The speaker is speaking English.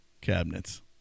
cabinets